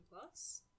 Plus